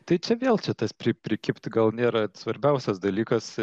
tai čia vėl čia tas pri prikibti gal nėra svarbiausias dalykas